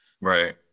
right